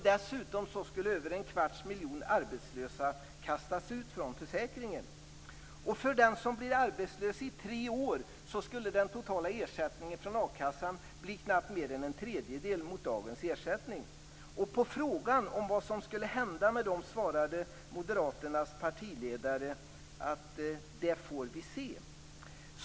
Dessutom skulle över en kvarts miljon arbetslösa kastas ut från försäkringen. För den som blir arbetslös i tre år skulle den totala ersättningen från akassan bli knappt mer än en tredjedel mot dagens ersättning. På frågan om vad som skulle hända med dem svarade moderaternas partiledare: Det får vi se.